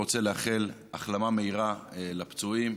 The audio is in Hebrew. רוצה לאחל החלמה מהירה לפצועים,